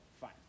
fine